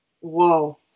Whoa